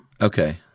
Okay